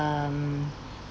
um